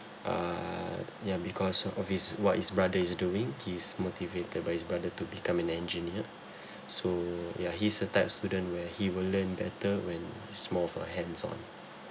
err yeah because of what his what his brother is doing he's motivated by his brother to become an engineer so yeah he's a type student where he will learn better when it's more of a hands on